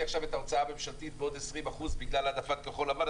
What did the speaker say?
עכשיו את ההוצאה הממשלתית בעוד 20% בגלל העדפת כחול לבן?